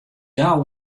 gau